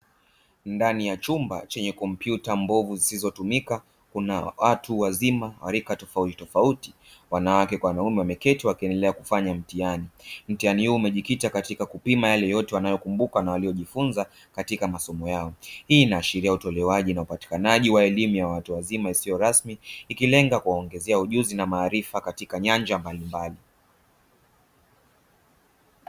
Ndani ya chumba chenye kompyuta mbovu zisizotumika, kuna watu wazima wa rika tofautitofauti wanawake kwa wanaume wameketi wakiendelea kufanya mtihani, mtihani huu umejikita katika kupima yale yote wanayokumbuka na waliyojifunza katika msomo yao. Hii inaashiria utolewaji na upatikanaji wa elimu ya watu wazima isiyo rasmi, ikilenga kuwaongezea ujuzi na maarifa katika nyanja mbalimbali.